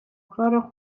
کار